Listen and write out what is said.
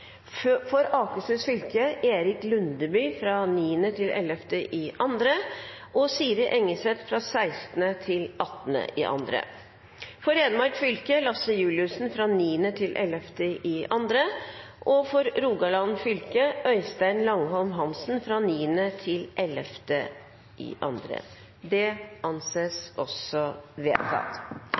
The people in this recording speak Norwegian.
For Akershus fylke: Erik Lundeby 9.–11. februar og Siri Engesæth 16.–18. februar For Hedmark fylke: Lasse Juliussen 9.–10. februar For Rogaland fylke: Øystein Langholm Hansen